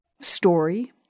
story